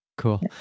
Cool